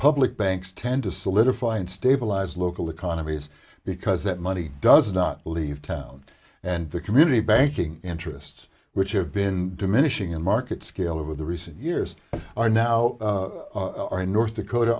public banks tend to solidify and stabilize local economies because that money does not leave town and the community banking interests which have been diminishing in market scale over the recent years are now are in north dakota